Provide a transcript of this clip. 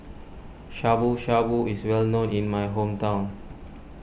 Shabu Shabu is well known in my hometown